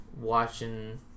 watching